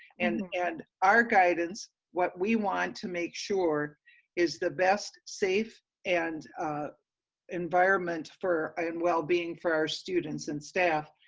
and and our guidance what we want to make sure is the best safe and environment for and well-being for our students and staff.